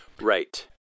Right